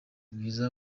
bwiza